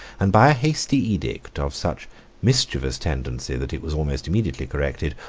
and by a hasty edict, of such mischievous tendency that it was almost immediately corrected,